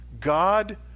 God